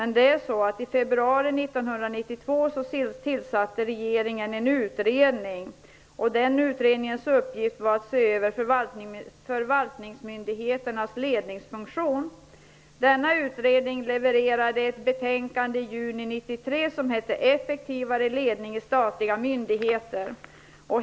I februari 1992 tillsatte regeringen en utredning, och dess uppgift var att se över förvaltningsmyndigheternas ledningsfunktion. Denna utredning levererade ett betänkande i juni 1993 som hette Effektivare ledning i statliga myndigheter.